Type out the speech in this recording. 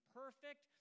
perfect